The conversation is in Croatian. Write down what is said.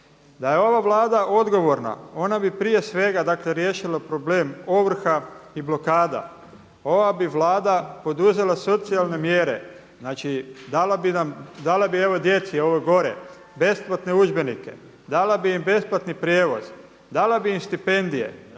Da je ova Vlada odgovorna ona bi prije svega, dakle riješila problem ovrha i blokada. Ova bi Vlada poduzela socijalne mjere, znači dala bi nam, dala bi evo djeci ovoj gore besplatne udžbenike, dala bi im besplatni prijevoz, dala bi im stipendije.